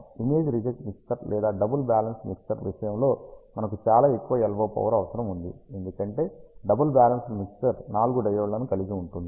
image reject mixer లేదా double balance mixer విషయంలో మనకు చాలా ఎక్కువ LO పవర్ అవసరం ఉంది ఎందుకంటే డబుల్ బ్యాలెన్స్డ్ మిక్సర్ 4 డయోడ్లను కలిగి ఉంటుంది